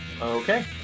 Okay